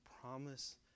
promise